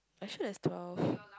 I should has twelve